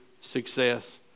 success